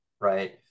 right